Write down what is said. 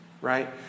right